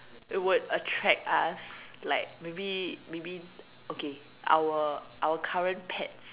it would attract us like maybe maybe okay our our current pets